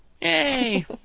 yay